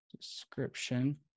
description